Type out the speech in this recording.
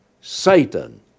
Satan